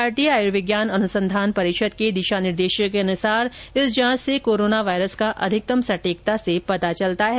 भारतीय आयुर्विज्ञान अनुसंधान परिषद के दिशा निर्देशों के अनुसार इस जांच से कोरोना वायरस का अधिकतम सटीकता से पता चलता है